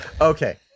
okay